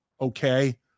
okay